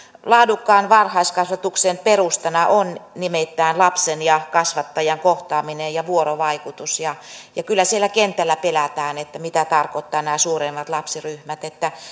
laadukkaan varhaiskasvatuksen perustana on nimittäin lapsen ja kasvattajan kohtaaminen ja vuorovaikutus ja ja kyllä siellä kentällä pelätään mitä tarkoittavat nämä suuremmat lapsiryhmät